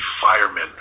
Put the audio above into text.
firemen